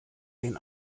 den